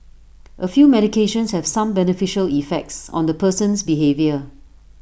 A few medications have some beneficial effects on the person's behaviour